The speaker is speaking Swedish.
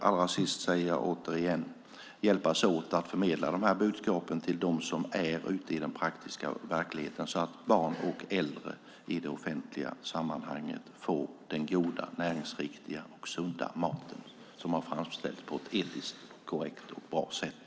Återigen, låt oss hjälpas åt att förmedla dessa budskap till dem som är ute i den praktiska verkligheten så att barn och äldre i det offentliga sammanhanget får en god, näringsriktig och sund mat som är framställd på ett etiskt korrekt och bra sätt.